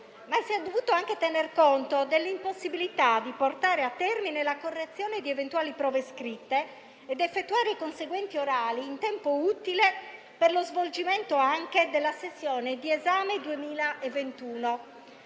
Si è dovuto anche tener conto dell'impossibilità di portare a termine la correzione di eventuali prove scritte ed effettuare i conseguenti orali in tempo utile per lo svolgimento anche della sessione di esame 2021.